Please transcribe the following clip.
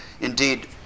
Indeed